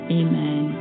amen